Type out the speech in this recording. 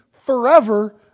forever